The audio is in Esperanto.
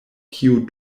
kiu